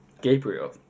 Gabriel